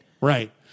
Right